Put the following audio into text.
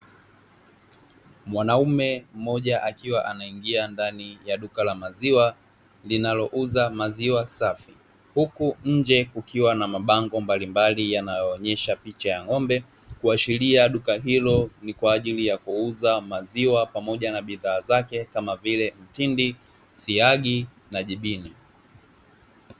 Mwanaume mmoja akiwa anaingia ndani ya duka la maziwa linalouza maziwa safi huku nje kukiwa na mabango mbalimbali yanayoonyesha picha ya ng'ombe ikiahsiria duka hilo ni kwa ajili ya kuuza maziwa na bidhaa zake kama vile mtindi, siagi na jibini.